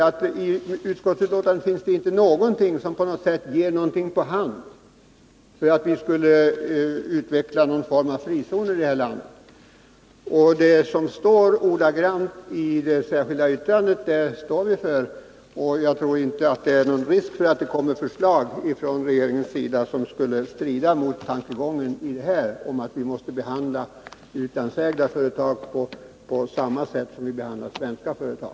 Det finns inte något i utskottsbetänkandet som ger stöd för uppfattningen att utskottsmajoriteten vill utveckla någon form av frizoner i det här landet. Vi står för det särskilda yttrandet, och jag kan säga att det inte är någon risk för att regeringen kommer att lägga fram förslag som skulle strida mot uppfattningen att vi måste behandla utlandsägda företag på samma sätt som vi behandlar svenska företag.